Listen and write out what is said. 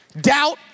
doubt